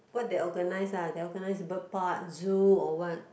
what they organize ah they organize bird park zoo or what